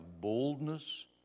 boldness